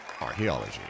Archaeology